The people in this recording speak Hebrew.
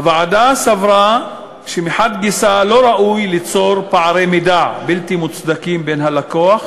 הוועדה סברה שמחד גיסא לא ראוי ליצור פערי מידע בלתי מוצדקים בין הלקוח,